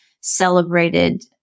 celebrated